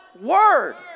word